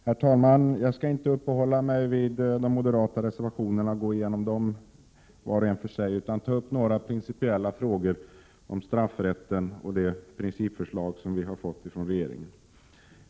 Herr talman! Jag skall inte upphålla mig vid de moderata reservationerna och gå igenom dem var och en för sig, utan ta upp några principiella frågor om straffrätten och det principförslag som vi har fått från regeringen.